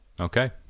Okay